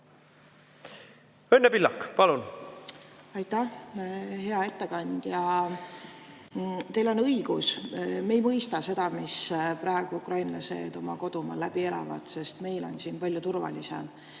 Õnne Pillak, palun! Aitäh! Hea ettekandja! Teil on õigus, me ei mõista seda, mis praegu ukrainlased oma kodumaal läbi elavad, sest meil on siin palju turvalisem.